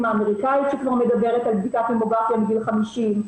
האמריקאית שכבר מדברת על בדיקת ממוגרפיה מגיל 40,